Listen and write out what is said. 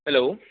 hello